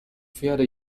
pferde